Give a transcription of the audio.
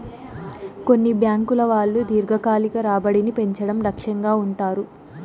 కొన్ని బ్యాంకుల వాళ్ళు దీర్ఘకాలికమైన రాబడిని పెంచడం లక్ష్యంగా ఉంటారు